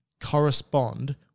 correspond